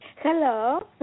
Hello